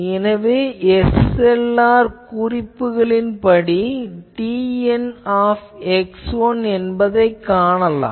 எனவே SLR குறிப்பீடுகளின்படி TN என்பதை காணலாம்